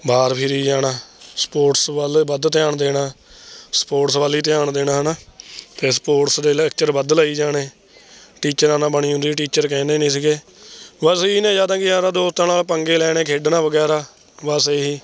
ਬਾਹਰ ਫਿਰੀ ਜਾਣਾ ਸਪੋਰਟਸ ਵੱਲ ਵੱਧ ਧਿਆਨ ਦੇਣਾ ਸਪੋਰਟਸ ਵੱਲ ਹੀ ਧਿਆਨ ਦੇਣਾ ਹੈ ਨਾ ਫਿਰ ਸਪੋਰਟਸ ਦੇ ਲੈਕਚਰ ਵੱਧ ਲਾਈ ਜਾਣੇ ਟੀਚਰਾਂ ਨਾਲ ਬਣੀ ਹੁੰਦੀ ਟੀਚਰ ਕਹਿੰਦੇ ਨਹੀਂ ਸੀਗੇ ਬਸ ਇਹੀ ਨੇ ਯਾਦਾਂ ਕਿ ਯਾਰਾਂ ਦੋਸਤਾਂ ਨਾਲ ਪੰਗੇ ਲੈਣੇ ਖੇਡਣਾ ਵਗੈਰਾ ਬਸ ਇਹੀ